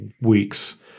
weeks